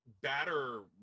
batter